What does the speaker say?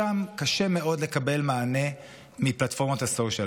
שם קשה מאוד לקבל מענה מפלטפורמת ה-social.